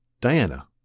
Diana